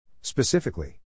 Specifically